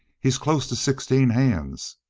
he's close to sixteen hands!